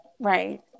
Right